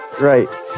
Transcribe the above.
Right